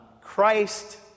Christ